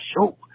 show